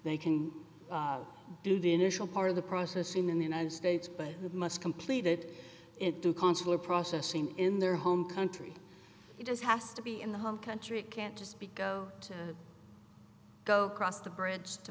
they can do the initial part of the process seen in the united states but must completed it to consular processing in their home country it just has to be in the home country it can't just be go to go across the bridge to